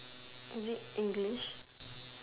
is it English